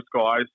guys